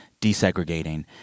desegregating